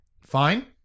Fine